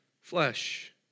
flesh